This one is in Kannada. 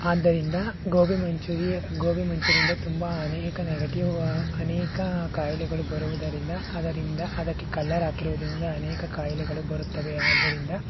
ಆದ್ದರಿಂದ ಗೋಬಿ ಮಂಚೂರಿ ಗೋಬಿ ಮಂಚೂರಿಯಿಂದ ತುಂಬ ಅನೇಕ ನೆಗೆಟಿವ್ ಅನೇಕ ಕಾಯಿಲೆಗಳು ಬರುವುದರಿಂದ ಅದರಿಂದ ಅದಕ್ಕೆ ಕಲರ್ ಹಾಕಿರುವುದ್ರಿಂದ ಅನೇಕ ಕಾಯಿಲೆಗಳು ಬರುತ್ತವೆ ಆದ್ದರಿಂದ